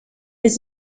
des